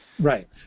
Right